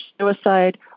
suicide